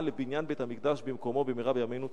לבניין בית-המקדש במקומו במהרה בימינו.